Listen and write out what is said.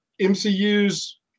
MCU's